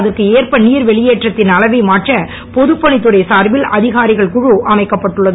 அதற்கு ஏற்ப நீர் வெளியேற்றத்தின் அளவை மாற்ற பொதுப்பணித் துறை சார்பில் அதிகாரிகள் குழு அமைக்கப்பட்டுள்ளது